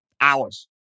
hours